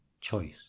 choice